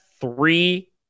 three